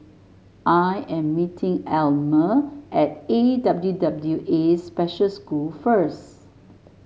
I am meeting Almer at A W W A Special School first